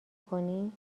کنی